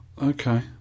okay